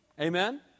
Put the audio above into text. Amen